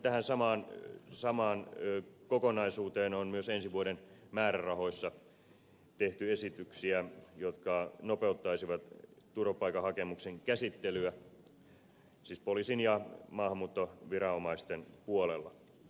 tähän samaan kokonaisuuteen on myös ensi vuoden määrärahoissa tehty esityksiä jotka nopeuttaisivat turvapaikkahakemusten käsittelyä poliisin ja maahanmuuttoviranomaisten puolella